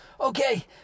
okay